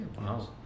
Wow